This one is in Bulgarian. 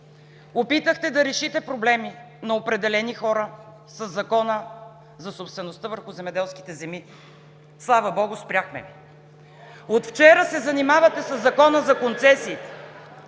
Опитахте да решите проблеми на определени хора със Закона за собствеността върху земеделските земи. Слава Богу – спряхме Ви. (Оживление.) От вчера се занимавате със Закона за концесиите